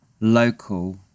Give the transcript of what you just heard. local